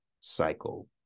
cycle